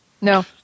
No